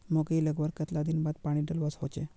मकई लगवार कतला दिन बाद पानी डालुवा होचे?